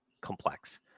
complex